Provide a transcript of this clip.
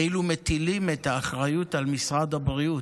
כאילו מטילים את האחריות על משרד הבריאות.